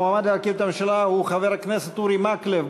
המועמד להרכיב את הממשלה הוא חבר הכנסת אורי מקלב.